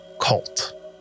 cult